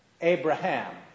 Abraham